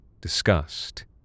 disgust